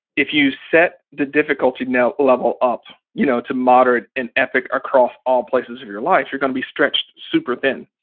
if you set the difficulty level up you know to moderate and epic across all places of your life, you're going to be stretched super thin.